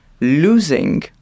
losing